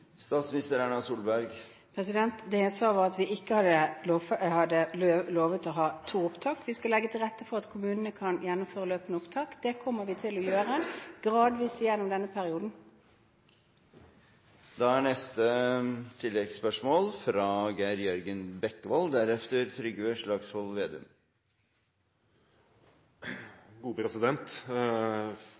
Det jeg sa, var at vi ikke hadde lovet å ha to opptak. Vi skal legge til rette for at kommunene kan gjennomføre løpende opptak. Det kommer vi til å gjøre gradvis gjennom denne perioden.